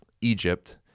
Egypt –